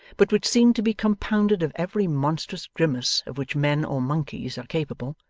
but which seemed to be compounded of every monstrous grimace of which men or monkeys are capable,